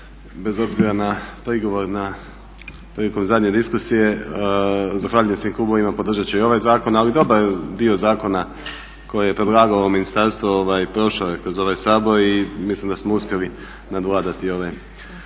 bez obzira na prigovor prilikom zadnje diskusije. Zahvaljujem svim klubovima podržat će i ovaj zakon, ali dobar dio zakona koji je predlagalo ovo ministarstvo prošao je kroz ovaj Sabor i mislim da smo uspjeli nadvladati one